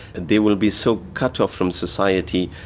they will be so cut off from society.